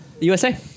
USA